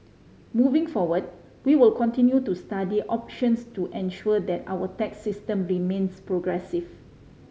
moving forward we will continue to study options to ensure that our tax system remains progressive